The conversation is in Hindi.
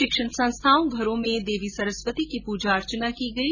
शिक्षण संस्थाओं घरों में देवी सरस्वती की पूजा अर्चना की गई